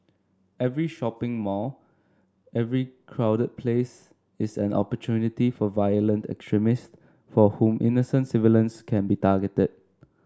every shopping mall every crowded place is an opportunity for violent extremists for whom innocent civilians can be targeted